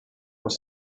was